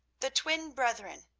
the twin brethren,